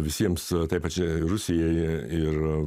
visiems tai pačiai rusijai ir